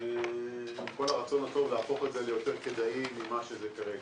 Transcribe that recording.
עם כל הרצון הטוב להפוך את זה ליותר כדאי ממה שזה כרגע.